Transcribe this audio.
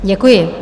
Děkuji.